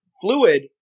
fluid